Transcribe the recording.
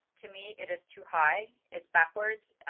to me, it is too high. it's backwards.